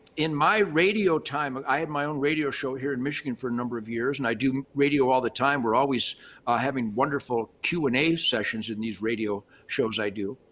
in my radio time, ah i had my own radio show here in michigan for a number of years. and i do radio all the time. we're always having wonderful q and a sessions in these radio shows i do.